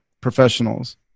professionals